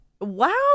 Wow